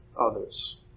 others